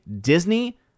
Disney